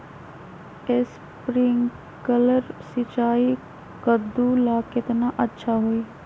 Sprinkler सिंचाई कददु ला केतना अच्छा होई?